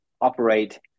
operate